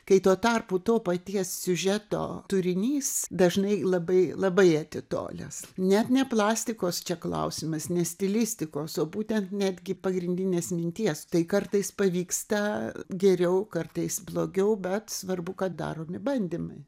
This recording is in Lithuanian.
kai tuo tarpu to paties siužeto turinys dažnai labai labai atitolęs net ne plastikos čia klausimas ne stilistikos o būtent netgi pagrindinės minties tai kartais pavyksta geriau kartais blogiau bet svarbu kad daromi bandymai